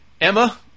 Emma